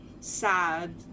sad